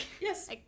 Yes